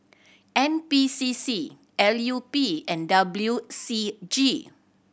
N P C C L U P and W C G